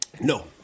No